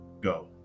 go